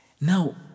Now